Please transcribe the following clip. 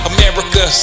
America